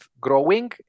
growing